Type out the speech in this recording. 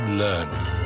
learning